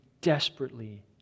desperately